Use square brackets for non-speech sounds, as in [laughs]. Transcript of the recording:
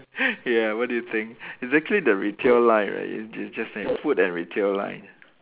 [laughs] ya what do you think it's actually the retail line right you ju~ just need food and retail line